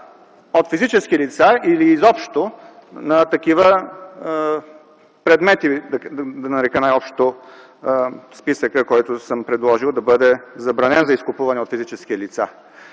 от физически лица или изобщо на такива предмети, да ги нарека най-общо, от списъка, който съм предложил да бъде забранен за изкупуване от физически лица.